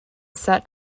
set